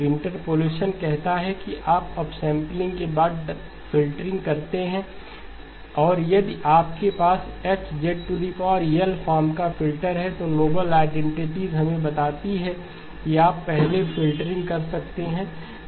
interpolation कहता है कि आप अपसैंपलिंग के बाद फ़िल्टरिंग करते हैं और यदि आपके पास H फॉर्म का फ़िल्टर है तो नोबेल आईडेंटिटीज हमें बताती है कि आप पहले फ़िल्टरिंग कर सकते हैं